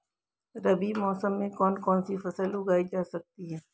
रबी मौसम में कौन कौनसी फसल उगाई जा सकती है?